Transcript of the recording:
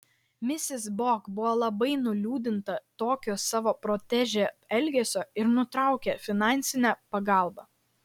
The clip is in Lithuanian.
misis bok buvo labai nuliūdinta tokio savo protežė elgesio ir nutraukė finansinę pagalbą